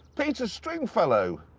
peter stringfellow!